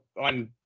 on